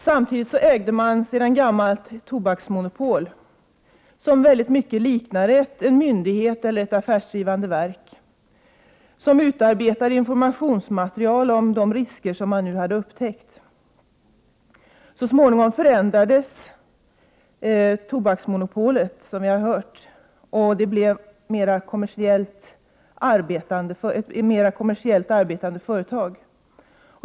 Samtidigt ägde staten sedan gammalt ett tobaksmonopol, som mycket liknade en myndighet eller ett affärsdrivande verk, som utarbetade informationsmaterial om de risker som nu hade upptäckts. Så småningom förändrades tobaksmonopolet, som vi har hört, och det blev ett mera kommersiellt arbetande företag.